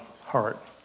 heart